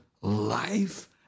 life